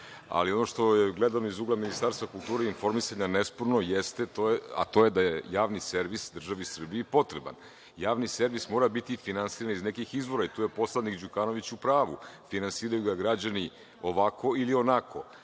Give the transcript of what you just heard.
ali ono što je, gledano iz ugla Ministarstva kulture i informisanja, nesporno jeste to da je Javni servis državi Srbiji potreban. Javni servis mora biti i finansiran iz nekih izvora i tu je poslanik Đukanović u pravu, finansiraju ga građani ovako ili onako. Smisao